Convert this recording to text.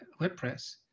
WordPress